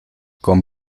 con